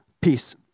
Peace